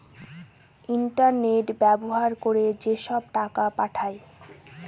internet ব্যবহার করে যেসব টাকা পাঠায়